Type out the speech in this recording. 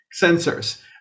sensors